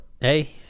Hey